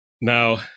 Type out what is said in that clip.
now